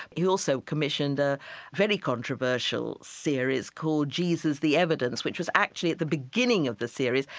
he also commissioned a very controversial series called jesus the evidence, which was actually, at the beginning of the series,